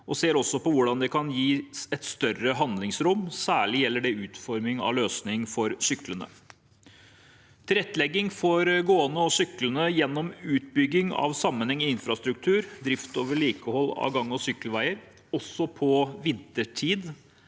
og ser også på hvordan det kan gis et større handlingsrom. Det gjelder særlig utformingen av løsninger for syklende. Tilrettelegging for gående og syklende gjennom utbygging av sammenhengende infrastruktur og drift og vedlikehold av gang- og sykkelveier – også på vinterstid